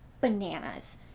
bananas